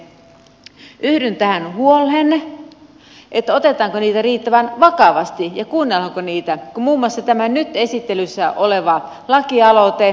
yhdyn tähän huoleen että otetaanko niitä riittävän vakavasti ja kuunnellaanko niitä kun huomasi tämän nyt esittelyssä olevan lakialoitteen